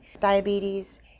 diabetes